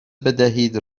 بدهید